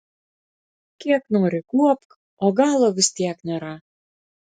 kiek nori kuopk o galo vis tiek nėra